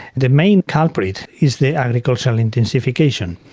the main culprit is the agricultural intensification.